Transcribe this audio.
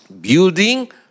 building